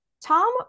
Tom